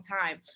time